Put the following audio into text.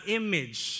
image